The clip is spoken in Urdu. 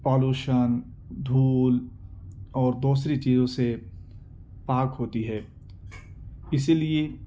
پالوشن دھول اور دوسری چیزوں سے پاک ہوتی ہے اسی لیے